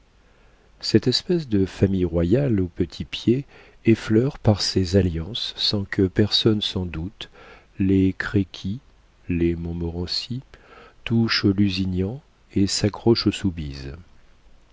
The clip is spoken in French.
cette espèce de famille royale au petit pied effleure par ses alliances sans que personne s'en doute les créqui les montmorenci touche aux lusignan et s'accroche aux soubise